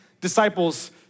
disciples